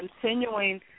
continuing